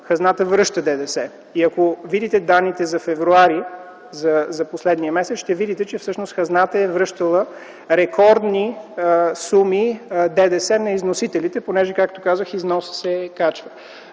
хазната връща ДДС, и ако видите данните за м. февруари т.г., за последния месец, ще видите, че всъщност хазната е връщала рекордни суми на ДДС на износителите, защото, както казах, износът се качва.